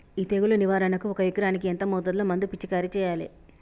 ఈ తెగులు నివారణకు ఒక ఎకరానికి ఎంత మోతాదులో మందు పిచికారీ చెయ్యాలే?